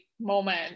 moment